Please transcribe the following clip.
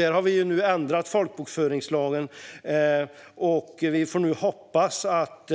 Vi har nu ändrat folkbokföringslagen och får hoppas att